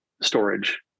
storage